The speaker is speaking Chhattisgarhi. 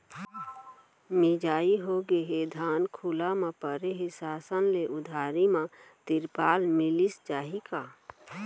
मिंजाई होगे हे, धान खुला म परे हे, शासन ले उधारी म तिरपाल मिलिस जाही का?